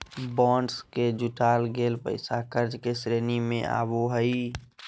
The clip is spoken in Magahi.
बॉन्ड से जुटाल गेल पैसा कर्ज के श्रेणी में आवो हइ